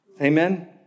Amen